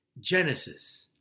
Genesis